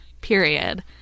period